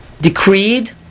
decreed